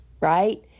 Right